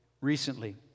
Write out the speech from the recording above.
recently